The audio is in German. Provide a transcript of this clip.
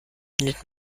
findet